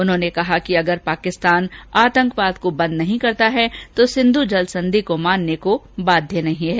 उन्होंने कहा कि अगर पाकिस्तान आतंकवाद को बंद नहीं करता है तो सिंधु जल संधि को मानने को बाध्य नहीं है